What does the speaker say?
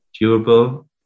durable